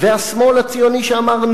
והשמאל הציוני שאמר,